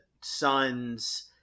son's